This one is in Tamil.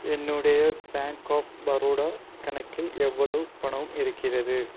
என்னுடைய பேங்க் ஆஃப் பரோடா கணக்கில் எவ்வளவு பணம் இருக்கிறது